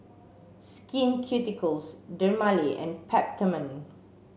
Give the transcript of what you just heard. Skin Ceuticals Dermale and Peptamen